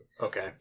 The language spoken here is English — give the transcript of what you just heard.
Okay